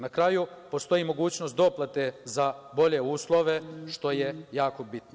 Na kraju, postoji mogućnost doplate za bolje uslove, što je jako bitno.